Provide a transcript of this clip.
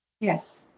yes